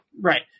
Right